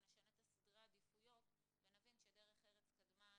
אנחנו נשנה את סדרי העדיפויות ונבין שדרך ארץ קדמה לתורה,